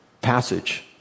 passage